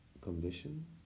condition